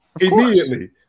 Immediately